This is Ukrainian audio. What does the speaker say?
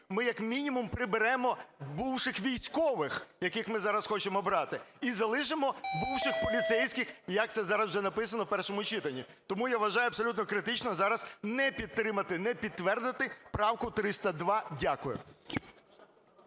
ми, як мінімум, приберемо бувших військових, яких ми зараз хочемо брати, і залишимо бувших поліцейських, як це зараз вже написано в першому читанні. Тому я вважаю абсолютно критично зараз не підтримати, не підтвердити правку 302. Дякую.